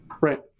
right